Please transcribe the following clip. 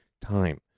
time